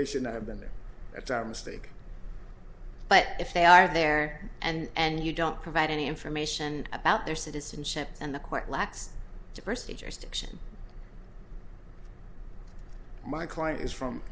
they should not have been there at our mistake but if they are there and you don't provide any information about their citizenship and the quite lax diversity jurisdiction my client is from